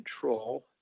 control